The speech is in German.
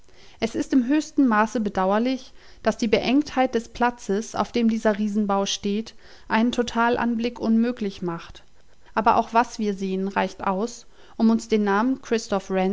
es ist im höchsten maße bedauerlich daß die beengtheit des platzes auf dem dieser riesenbau steht einen totalanblick unmöglich macht aber auch was wir sehen reicht aus um uns den namen